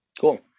Cool